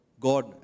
God